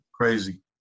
Crazy